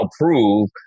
prove